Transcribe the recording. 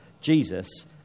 Jesus